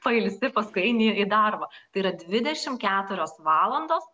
pailsi paskui eini ir į darbą tai yra dvidešimt keturios valandos